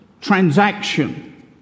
transaction